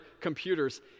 computers